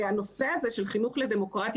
ה נושא של חינוך לדמוקרטיה,